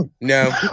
No